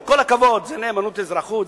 עם כל הכבוד, זה נאמנות אזרחות?